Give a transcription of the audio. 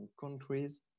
countries